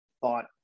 thought